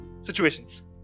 situations